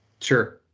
Sure